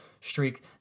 streak